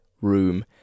room